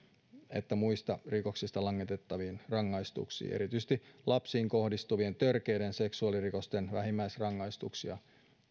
että muista rikoksista langetettaviin rangaistuksiin erityisesti lapsiin kohdistuvien törkeiden seksuaalirikosten vähimmäisrangaistuksia